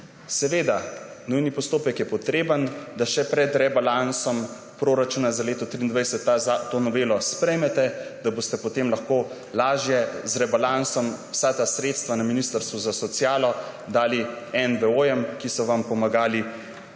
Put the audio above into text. Seveda, nujni postopek je potreben, da še pred rebalansom proračuna za leto 2023 to novelo sprejmete, da boste potem lahko lažje z rebalansom vsa ta sredstva na ministrstvu za socialo dali NVO, ki so vam pomagali